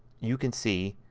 you can see